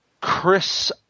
Chris